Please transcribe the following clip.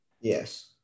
Yes